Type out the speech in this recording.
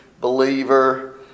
believer